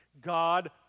God